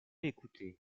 l’écouter